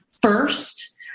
first